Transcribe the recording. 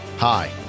Hi